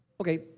Okay